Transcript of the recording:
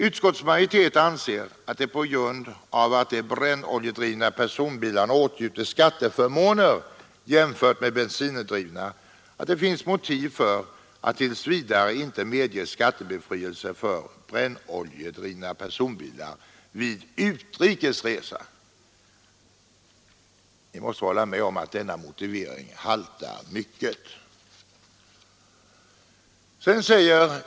Utskottsmajoriteten anser att det på grund av att de brännoljedrivna personbilarna åtnjuter skatteförmåner inom landet jämfört med bensindrivna finns motiv för att tills vidare inte medge skattebefrielse för brännoljedrivna personbilar vid utrikes resa. Ni måste väl hålla med om att denna motivering haltar i hög grad.